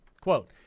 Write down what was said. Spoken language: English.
Quote